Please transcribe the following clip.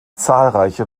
zahlreiche